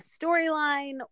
storyline